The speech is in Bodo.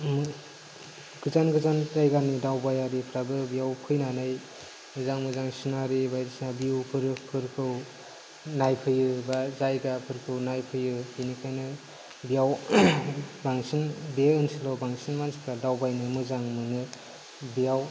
गोजान गोजान जायगानि दावबायारिफोराबो बेयाव फैनानै मोजां मोजां सिनारि बायदिसिना भिउफोरखौ नायफैयो बा जायगाफोरखौ नायफैयो बेनिखायनो बेयाव बांसिन बे ओनसोलाव बांसिन मानसिफ्रा दावबायनो मोजां मोनो बेयाव